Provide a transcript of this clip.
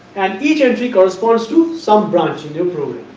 and each entry corresponds to some branch in new program.